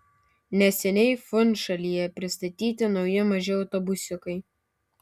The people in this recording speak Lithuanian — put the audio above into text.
neseniai funšalyje pristatyti nauji maži autobusiukai